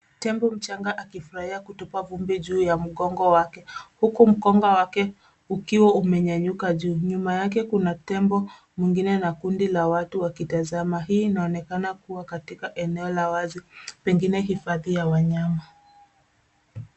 Tembo mchanga akifurahia kutupa vumbi juu ya mgongo wake huku mkonga wake ukiwa umenyanyuka juu. Nyuma yake kuna tembo mwingine na kundi la watu wakitazama. Hii inaonekana kuwa katika eneo la wazi, pengine hifadhi ya wanyama.